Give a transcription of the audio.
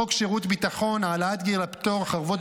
חוק שירות ביטחון (תיקון מס' 27) (העלאת גיל הפטור,